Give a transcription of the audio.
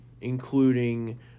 including